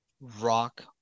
Rock